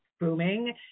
Booming